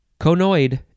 Conoid